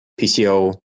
pco